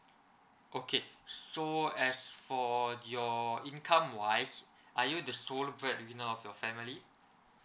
okay so as for your income wise are you the sole bread winner of your family